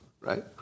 right